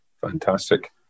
Fantastic